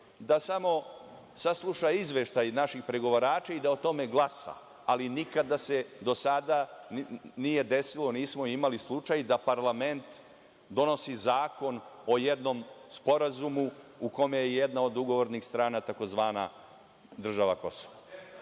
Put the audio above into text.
da samo sasluša izveštaj naših pregovarača i da o tome glasa, ali nikada se do sada nije desilo, nismo imali slučaj da parlament donosi zakon o jednom sporazumu u kome je jedna od ugovornih strana tzv. država Kosovo. Molim